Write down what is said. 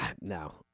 No